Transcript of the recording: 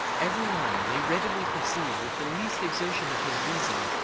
every one may readily perceive with the least exertion of his reason,